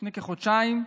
לפני כחודשיים,